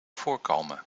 voorkomen